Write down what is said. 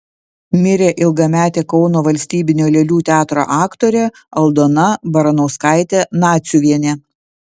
mirė ilgametė kauno valstybinio lėlių teatro aktorė aldona baranauskaitė naciuvienė